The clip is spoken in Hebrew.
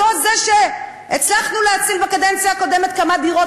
זה הצלחנו להציל בקדנציה הקודמת כמה דירות,